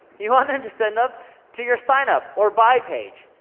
you want them to send up to your signup or buy page,